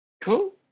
Cool